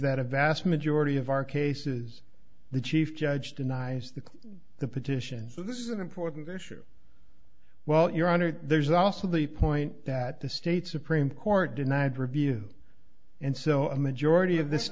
that a vast majority of our cases the chief judge denies that the petition so this is an important issue well your honor there's also the point that the state supreme court denied review and so a majority of this